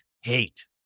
hate